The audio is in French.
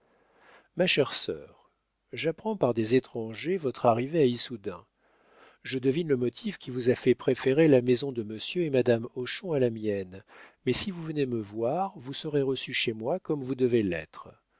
ma chère sœur j'apprends par des étrangers votre arrivée à issoudun je devine le motif qui vous a fait préférer la maison de monsieur et madame hochon à la mienne mais si vous venez me voir vous serez reçue chez moi comme vous devez l'être